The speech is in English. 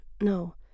no